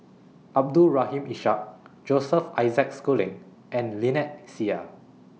Abdul Rahim Ishak Joseph Isaac Schooling and Lynnette Seah